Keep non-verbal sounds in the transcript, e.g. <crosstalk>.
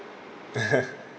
<laughs>